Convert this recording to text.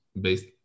based